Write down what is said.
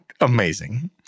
amazing